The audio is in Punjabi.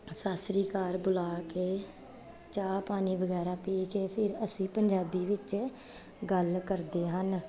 ਸਤਿ ਸ਼੍ਰੀ ਅਕਾਲ ਬੁਲਾ ਕੇ ਚਾਹ ਪਾਣੀ ਵਗੈਰਾ ਪੀ ਕੇ ਫਿਰ ਅਸੀਂ ਪੰਜਾਬੀ ਵਿੱਚ ਗੱਲ ਕਰਦੇ ਹਨ